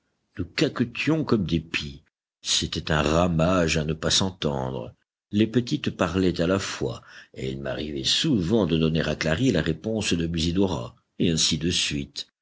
nous caquetions comme des pies c'était un ramage à ne pas s'entendre les petites parlaient à la fois et il m'arrivait souvent de donner à clary la réponse de musidora et ainsi de suite